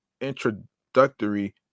introductory